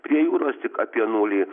prie jūros tik apie nulį